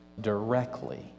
directly